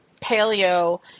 paleo